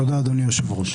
תודה, אדוני היושב-ראש.